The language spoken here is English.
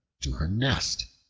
to her nest.